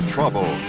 Trouble